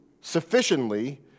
Sufficiently